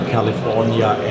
California